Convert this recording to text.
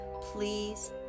Please